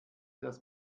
das